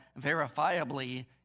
verifiably